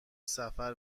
سفر